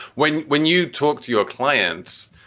when when you talk to your clients.